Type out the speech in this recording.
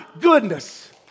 goodness